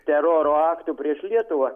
teroro aktų prieš lietuvą